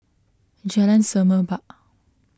Jalan Semerbak